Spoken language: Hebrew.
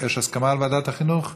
יש הסכמה על ועדת החינוך?